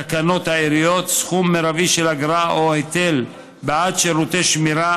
תקנות העיריות (סכום מרבי של אגרה או היטל בעד שירותי שמירה,